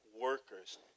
workers